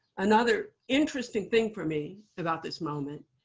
another interesting thing for me about this moment